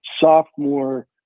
sophomore